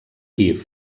kíev